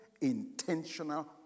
intentional